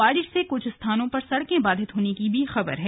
बारिश से कुछ स्थानों पर सड़कें बाधित होने की भी खबर है